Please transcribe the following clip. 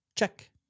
check